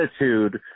attitude